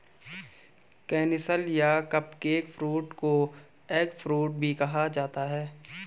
canistel या cupcake fruit को eggfruit भी कहा जाता है